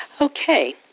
Okay